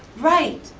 right.